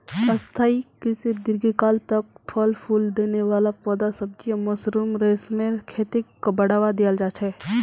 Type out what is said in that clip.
स्थाई कृषित दीर्घकाल तक फल फूल देने वाला पौधे, सब्जियां, मशरूम, रेशमेर खेतीक बढ़ावा दियाल जा छे